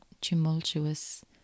tumultuous